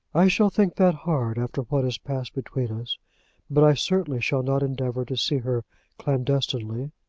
i shall think that hard after what has passed between us but i certainly shall not endeavour to see her clandestinely.